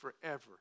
forever